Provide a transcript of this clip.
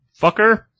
fucker